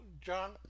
John